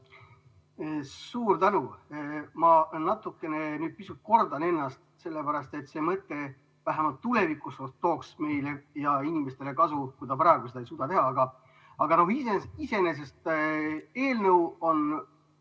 Suur tänu! Ma natukene nüüd pisut kordan ennast, sellepärast et see mõte vähemalt tulevikus tooks inimestele kasu, kui ta praegu seda ei suuda teha. Iseenesest see eelnõu on